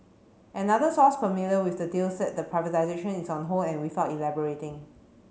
another source familiar with the deal said the privatisation is on hold and without elaborating